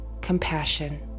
compassion